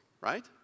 right